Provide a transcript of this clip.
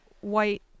white